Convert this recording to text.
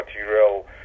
material